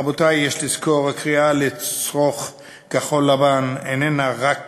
רבותי, יש לזכור, הקריאה לצרוך כחול-לבן איננה רק